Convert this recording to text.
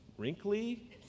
wrinkly